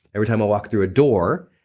every time i walk through a door,